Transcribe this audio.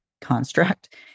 construct